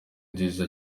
nziza